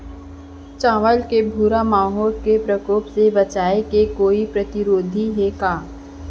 चांवल के भूरा माहो के प्रकोप से बचाये के कोई प्रतिरोधी हे का?